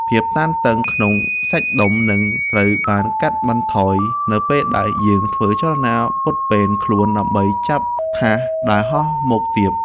ភាពតានតឹងក្នុងសាច់ដុំនឹងត្រូវបានកាត់បន្ថយនៅពេលដែលយើងធ្វើចលនាពត់ពេនខ្លួនដើម្បីចាប់ថាសដែលហោះមកទាប។